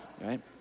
right